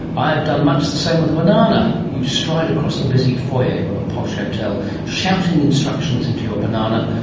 i've done much the same with a banana. you stride across the busy foyer of a posh hotel, shouting instructions into your banana,